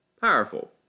powerful